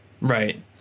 Right